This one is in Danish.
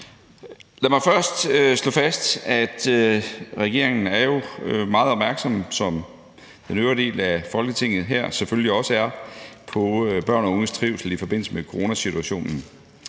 Lad mig først slå fast, at regeringen jo er meget opmærksom, som den øvrige del af Folketinget her selvfølgelig også er, på børn og unges trivsel i forbindelse med coronasituationen.